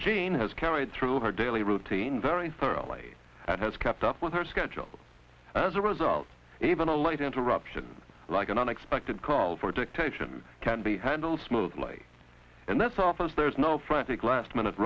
has carried through her daily routine very thoroughly and has kept up with her schedule as a result even a late interruption like an unexpected call for dictation can be handled smoothly and there's office there's no frantic last minute